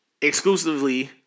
Exclusively